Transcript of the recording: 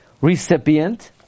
recipient